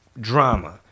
drama